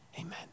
Amen